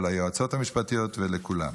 ליועצות המשפטיות ולכולם,